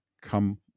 come